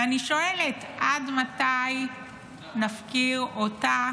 ואני שואלת, עד מתי נפקיר אותה